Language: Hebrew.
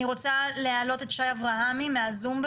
אני מבקשת לשמוע את שי אברהמי בבקשה.